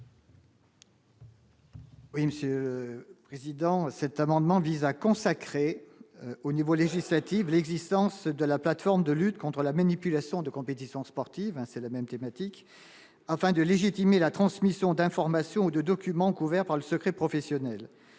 Oui, Monsieur le Président, cet amendement vise à consacrer au niveau législatif, l'existence de la plateforme de lutte contre la manipulation de compétition sportive, c'est la même thématique afin de légitimer la transmission d'informations ou de documents couverts par le secret professionnel,